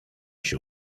się